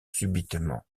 subitement